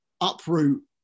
uproot